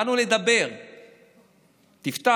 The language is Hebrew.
באנו לדבר, תפתח.